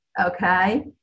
okay